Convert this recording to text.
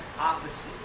opposite